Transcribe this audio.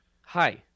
Hi